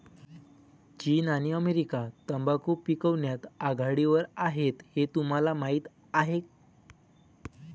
चीन आणि अमेरिका तंबाखू पिकवण्यात आघाडीवर आहेत हे तुम्हाला माहीत आहे